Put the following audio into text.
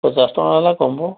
ପଚାଶ ଟଙ୍କା ଲେଖା କମିବ